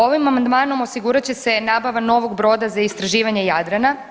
Ovim amandmanom osigurat će se nabava novog broda za istraživanje Jadrana.